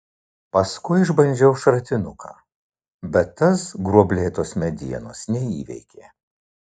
paskui išbandžiau šratinuką bet tas gruoblėtos medienos neįveikė